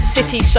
City